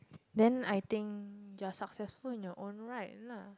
then I think you are successful in your own right lah